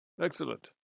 Excellent